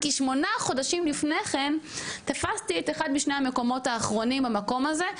כי שמונה חודשים לפני כן תפסתי את אחד משני המקומות האחרונים המקום הזה,